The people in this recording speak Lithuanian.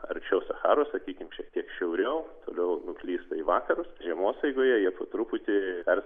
arčiau sacharos sakykim šiek tiek šiauriau toliau nuklysta į vakarus žiemos eigoje jie po truputį dar